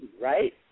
Right